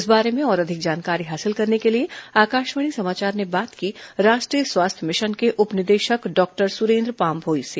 इस बारे में और अधिक जानकारी हासिल करने के लिए आकाशवाणी समाचार ने बात की राष्ट्रीय स्वास्थ्य मिशन के उप निदेशक डॉक्टर सुरेन्द्र पाममोई से